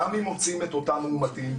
גם אם מוצאים את אותם מאומתים,